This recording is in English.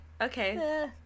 okay